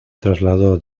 trasladó